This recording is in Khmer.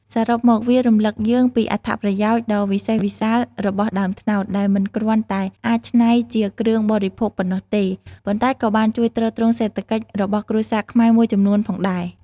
សរុបមក វារំឭកយើងពីអត្ថប្រយោជន៍ដ៏វិសេសវិសាលរបស់ដើមត្នោត ដែលមិនគ្រាន់តែអាចច្នៃជាគ្រឿងបរិភោគប៉ុណ្ណោះទេ ប៉ុន្តែក៏បានជួយទ្រទ្រង់សេដ្ឋកិច្ចរបស់គ្រួសារខ្មែរមួយចំនួនផងដែរ។